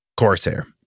Corsair